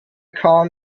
kahn